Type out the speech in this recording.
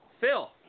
Phil